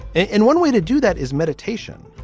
and one way to do that is meditation,